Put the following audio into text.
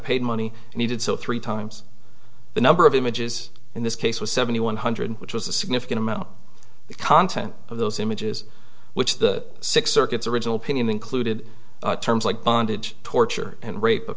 and he did so three times the number of images in this case was seventy one hundred which was a significant amount the content of those images which the six circuits original painting included terms like bondage torture and rape